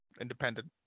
independent